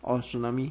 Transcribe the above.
or tsunami